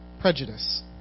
Prejudice